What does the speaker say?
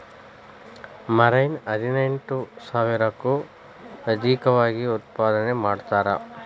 marine ಹದಿನೆಂಟು ಸಾವಿರಕ್ಕೂ ಅದೇಕವಾಗಿ ಉತ್ಪಾದನೆ ಮಾಡತಾರ